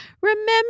Remember